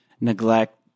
neglect